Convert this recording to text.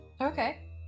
Okay